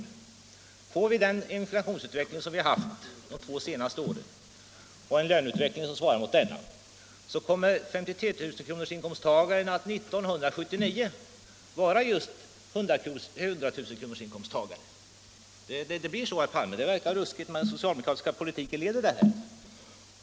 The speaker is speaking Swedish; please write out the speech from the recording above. kommer — med den inflationsutveckling vi haft under de senaste åren och en löneutveckling som svarar mot denna — år 1979 att vara en 100 000-kronorsinkomsttagare. Det blir så, herr Palme. Det verkar ruskigt, men den socialdemokratiska politiken leder dit.